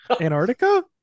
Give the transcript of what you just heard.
Antarctica